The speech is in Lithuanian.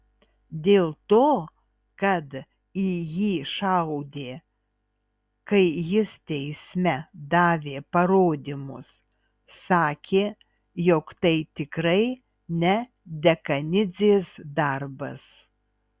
dėl to kad į jį šaudė kai jis teisme davė parodymus sakė jog tai tikrai ne dekanidzės darbas